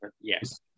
Yes